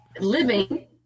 Living